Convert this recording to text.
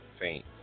faint